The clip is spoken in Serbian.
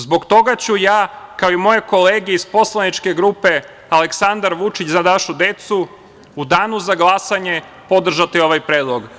Zbog toga ću ja, kao i moje kolege iz poslaničke grupe Aleksandar Vučić – Za našu decu u danu za glasanje podržati ovaj predlog.